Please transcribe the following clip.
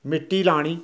मिट्टी लानी